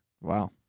Wow